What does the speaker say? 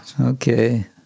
Okay